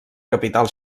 capital